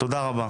תודה רבה.